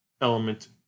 element